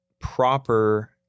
proper